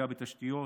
פגיעה בתשתיות,